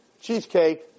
cheesecake